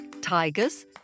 tigers